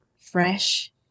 fresh